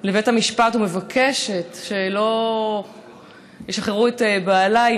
לבית המשפט ומבקשת שלא ישחררו את בעלה.